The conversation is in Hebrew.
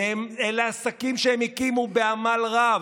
ואלה עסקים שהם הקימו בעמל רב.